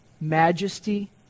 majesty